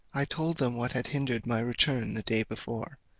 i told them what had hindered my return the day before,